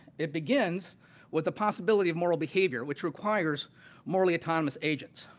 it begins with the possibility of moral behavior which requires morally autonomous agents.